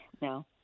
No